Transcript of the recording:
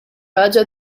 ħaġa